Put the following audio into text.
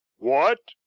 what?